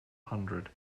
hundred